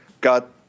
got